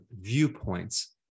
viewpoints